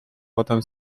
potem